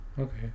okay